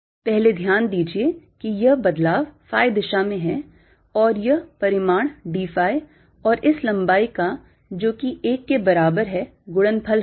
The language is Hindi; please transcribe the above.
पहले ध्यान दीजिये कि यह बदलाव phi दिशा में है और यह परिमाण d phi और इस लंबाई का जो कि एक के बराबर है गुणनफल होगा